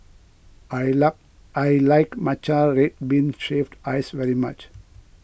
I like I like Matcha Red Bean Shaved Ice very much